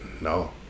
no